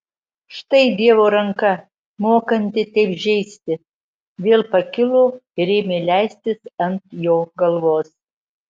štai dievo ranka mokanti taip žeisti vėl pakilo ir ėmė leistis ant jo galvos